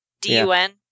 D-U-N